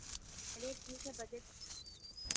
चलिए ठीक है बजट